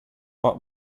but